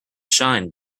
shine